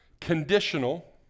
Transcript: conditional